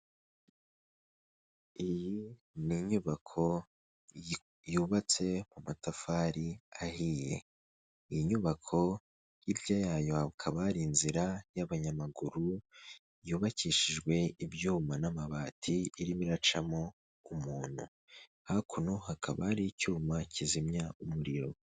Iyi ni inyubako yubatse mu matafari ahiye iyi nyubako hirya yayo hakaba hari inzira y'abanyamaguru yubakishijwe ibyuma n'amabati irimo iracamo umuntu, hakuno hakaba hari icyuma kizimya umuriro.